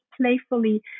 playfully